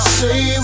say